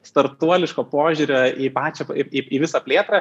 spartuoliško požiūrio į pačią į į visą plėtrą